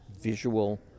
visual